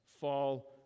fall